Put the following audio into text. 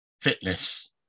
fitness